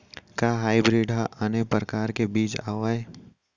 का हाइब्रिड हा आने परकार के बीज आवय?